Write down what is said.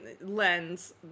lens